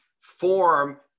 form